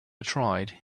tried